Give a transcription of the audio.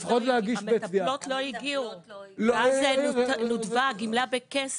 המטפלות לא הגיעו ואז נותבה הגמלה בכסף